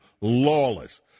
lawless